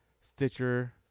Stitcher